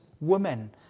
women